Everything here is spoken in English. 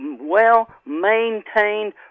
well-maintained